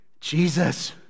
Jesus